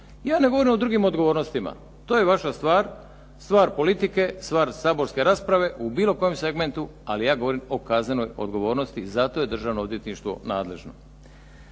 Ja ne govorim o drugim odgovornostima. To je vaša stvar, stvar politike, stvar saborske rasprave u bilo kojem segmentu ali ja govorim o kaznenoj odgovornosti, zato je Državno odvjetništvo nadležno.